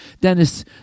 Dennis